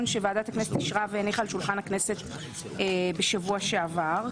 שוועדת הכנסת אישרה והניחה על שולחן הכנסת בשבוע שעבר.